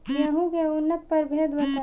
गेंहू के उन्नत प्रभेद बताई?